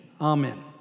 amen